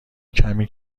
کمی